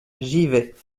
givet